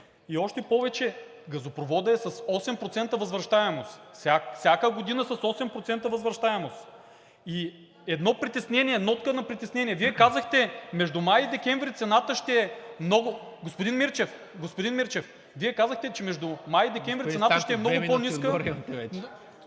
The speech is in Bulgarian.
И още повече, газопроводът е с 8% възвръщаемост, всяка година с 8% възвръщаемост, и едно притеснение, нотка на притеснение. Вие казахте: между май и декември цената ще е много... Господин Мирчев, Вие казахте, че между май и декември цената ще е много по-ниска...